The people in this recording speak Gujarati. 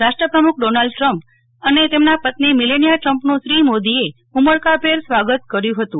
રાષ્ટ્રપ્રમુખ ડોનાલ્ડ ટ્રમ્પ અને તેમના પત્ની મિલેનિયા ટ્રમ્પનુ શ્રી મોદીએ ઉમળકાભેર સ્વાગત કર્યું હતું